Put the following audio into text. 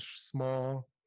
small